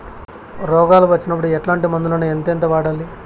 రోగాలు వచ్చినప్పుడు ఎట్లాంటి మందులను ఎంతెంత వాడాలి?